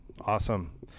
Awesome